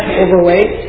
overweight